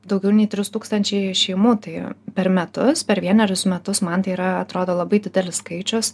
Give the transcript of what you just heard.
daugiau nei trys tūkstančiai šeimų tai per metus per vienerius metus man tai yra atrodo labai didelis skaičius